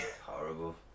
Horrible